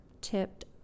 tipped